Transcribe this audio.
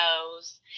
knows